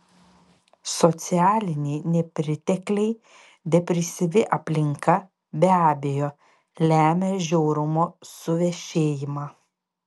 socialiniai nepritekliai depresyvi aplinka be abejo lemia žiaurumo suvešėjimą